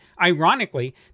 ironically